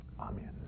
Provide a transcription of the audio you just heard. amen